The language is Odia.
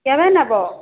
କେବେ ନେବ